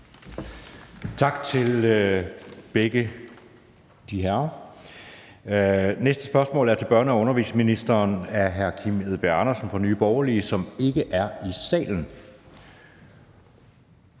Tak til begge de herrer. Næste spørgsmål er til børne- og undervisningsministeren af hr. Kim Edberg Andersen fra Nye Borgerlige, som ikke er i salen,